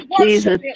Jesus